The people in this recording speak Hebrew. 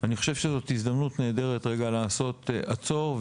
אני חושב שזו הזדמנות נהדרת רגע לעשות 'עצור'